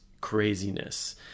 craziness